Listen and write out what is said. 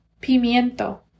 pimiento